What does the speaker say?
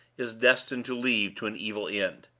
is destined to lead to an evil end.